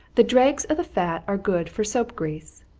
the dregs of the fat are good for soap grease.